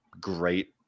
great